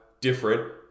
different